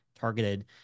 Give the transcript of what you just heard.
targeted